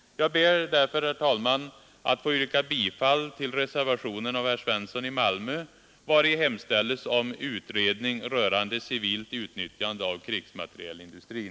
Jag ber därför att få yrka bifall till reservationen av herr Svensson i Malmö, vari hemställs om utredning rörande civilt utnyttjande av krigsmaterielindustrin.